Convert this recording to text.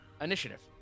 initiative